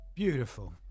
Beautiful